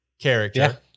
character